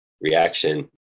reaction